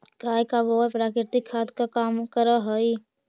गाय का गोबर प्राकृतिक खाद का काम करअ हई